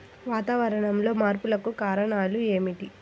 వాతావరణంలో మార్పులకు కారణాలు ఏమిటి?